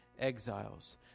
exiles